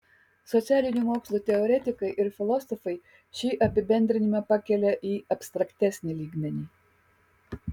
socialinių mokslų teoretikai ir filosofai šį apibendrinimą pakelia į abstraktesnį lygmenį